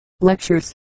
lectures